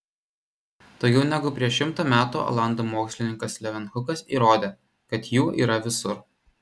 daugiau negu prieš šimtą metų olandų mokslininkas levenhukas įrodė kad jų yra visur